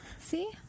see